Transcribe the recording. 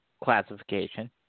classification